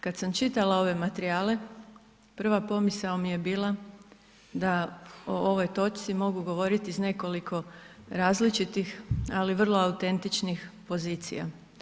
Kad sam čitala ove materijale, prva pomisao mi je bila da o ovoj točci mogu govoriti iz nekoliko različitih, ali vrlo autentičnih pozicija.